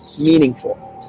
meaningful